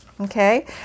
Okay